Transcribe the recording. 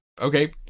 Okay